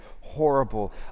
horrible